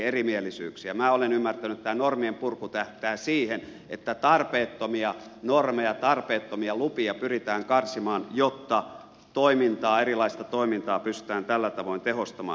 minä olen ymmärtänyt että tämä normien purku tähtää siihen että tarpeettomia normeja tarpeettomia lupia pyritään karsimaan jotta toimintaa erilaista toimintaa pystytään tällä tavoin tehostamaan